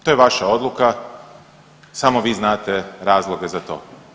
To je vaša odluka, samo vi znate razloge za to.